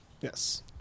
Yes